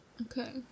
Okay